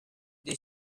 the